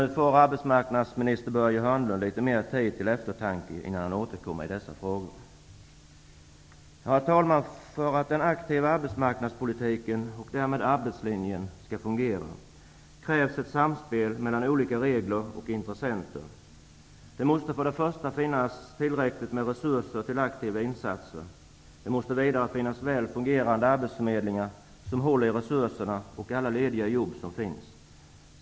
Nu får arbetsmarknadsminister Börje Hörnlund litet mer tid till eftertanke innan han återkommer i dessa frågor. För att den aktiva arbetsmarknadspolitiken och därmed arbetslinjen skall fungera, krävs ett samspel mellan olika regler och intressenter. Det måste för det första finnas tillräckligt med resurser till aktiva insatser. Det måste vidare finnas väl fungerande arbetsförmedlingar som håller i resurserna och alla lediga jobb som finns.